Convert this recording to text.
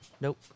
Nope